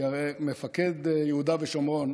כי הרי מפקד יהודה ושומרון